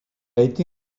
été